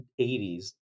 80s